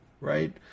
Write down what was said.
right